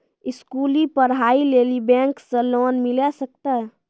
स्कूली पढ़ाई लेली बैंक से लोन मिले सकते?